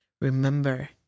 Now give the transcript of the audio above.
remember